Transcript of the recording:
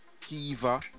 Kiva